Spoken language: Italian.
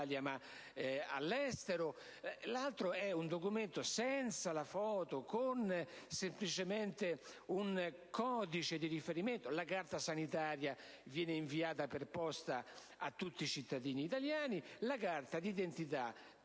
l'altro è un documento senza la foto, ma con un semplice codice di riferimento. La carta sanitaria viene inviata per posta a tutti i cittadini italiani, mentre la carta d'identità bisogna